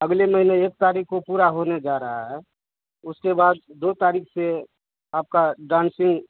अगले महीने एक तारीख को पूरा होने जा रहा है उसके बाद दो तारीख से आपका डांसिंग